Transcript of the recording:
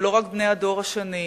לא רק בני הדור השני,